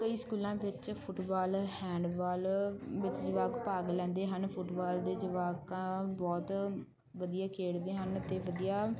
ਕਈ ਸਕੂਲਾਂ ਵਿੱਚ ਫੁਟਬਾਲ ਹੈਂਡਬਾਲ ਵਿੱਚ ਜਵਾਕ ਭਾਗ ਲੈਂਦੇ ਹਨ ਫੁਟਬਾਲ ਦੇ ਜਵਾਕਾਂ ਬਹੁਤ ਵਧੀਆ ਖੇਡਦੇ ਹਨ ਅਤੇ ਵਧੀਆ